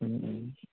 Om Om